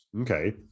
Okay